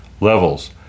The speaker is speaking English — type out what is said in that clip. levels